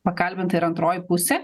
pakalbinta ir antroji pusė